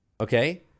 okay